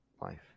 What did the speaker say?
life